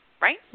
right